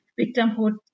victimhood